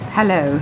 Hello